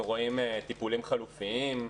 אנחנו רואים טיפולים חלופיים,